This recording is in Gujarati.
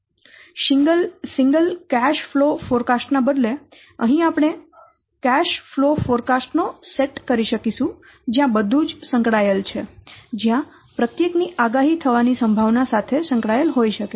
સિંગલ કેશ ફ્લો ફોરકાસ્ટ ના બદલે અહીં આપણે કેશ ફ્લો ફોરકાસ્ટ નો સેટ કરી શકીશું જ્યાં બધું જ સંકળાયેલ છે જ્યાં પ્રત્યેક ની આગાહી થવાની સંભાવના સાથે સંકળાયેલ હોઈ શકે છે